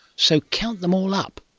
so count them all up.